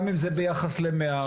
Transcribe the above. גם אם זה ביחס למאה מיליארד.